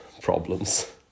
problems